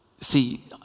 See